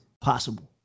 possible